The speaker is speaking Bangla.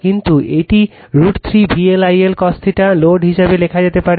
কিন্তু এটি √ 3 VL I L cos θ load হিসাবে লেখা যেতে পারে